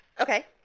Okay